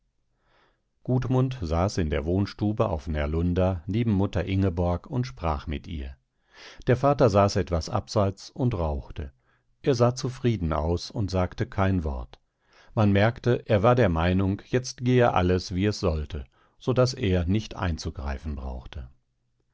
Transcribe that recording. habe gudmund saß in der wohnstube auf närlunda neben mutter ingeborg und sprach mit ihr der vater saß etwas abseits und rauchte er sah zufrieden aus und sagte kein wort man merkte er war der meinung jetzt gehe alles wie es sollte so daß er nicht einzugreifen brauchte